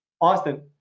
Austin